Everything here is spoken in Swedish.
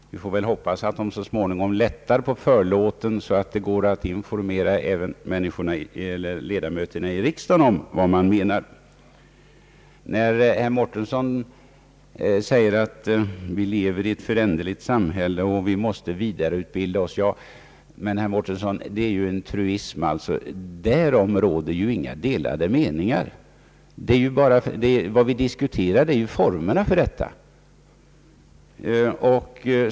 Vi får väl hoppas att man så småningom lättar på förlåten, så att man kan informera även ledamöterna i riksdagen om vad man menar. Herr Mårtensson säger att vi lever i ett föränderlighetens samhälle och att vi måste utbilda oss vidare. Det är en truism — därom råder inga delade meningar. Vad vi diskuterar är formerna för denna utbildning.